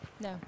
No